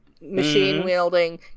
machine-wielding